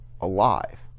alive